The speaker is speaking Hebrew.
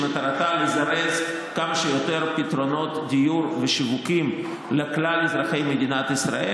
שמטרתה לזרז כמה שיותר פתרונות דיור ושיווקים לכלל אזרחי מדינת ישראל.